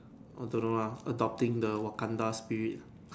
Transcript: I don't know ah adopting the Wakanda spirit